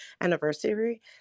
anniversary